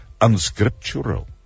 unscriptural